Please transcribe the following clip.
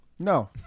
No